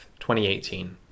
2018